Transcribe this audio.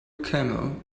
camel